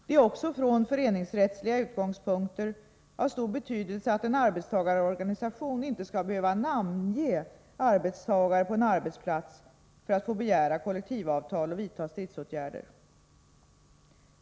Det är också från föreningsrättsliga utgångspunkter av stor betydelse att en arbetstagarorganisation inte skall behöva namnge arbetstagare på en arbetsplats för att få begära kollektivavtal och vidta stridsåtgärder.